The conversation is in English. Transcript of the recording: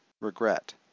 regret